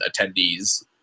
attendees